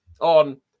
on